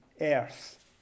earth